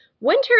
winter